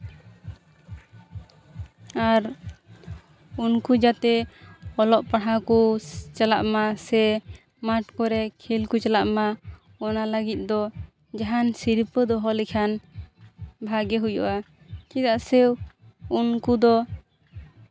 ᱟᱨ ᱩᱱᱠᱩ ᱡᱟᱛᱮ ᱚᱞᱚᱜ ᱯᱟᱲᱦᱟᱜ ᱠᱚ ᱪᱟᱞᱟᱜ ᱢᱟ ᱥᱮ ᱢᱟᱴᱷ ᱠᱚᱨᱮ ᱠᱷᱮᱹᱞ ᱠᱚ ᱪᱟᱞᱟᱜ ᱢᱟ ᱚᱱᱟ ᱞᱟᱹᱜᱤᱫ ᱫᱚ ᱡᱟᱦᱟᱸᱱ ᱥᱤᱨᱯᱟᱹ ᱫᱚᱦᱚ ᱞᱮᱠᱷᱟᱱ ᱵᱷᱟᱜᱤ ᱦᱩᱭᱩᱜᱼᱟ ᱪᱮᱫᱟᱜ ᱥᱮ ᱩᱱᱠᱩ ᱫᱚ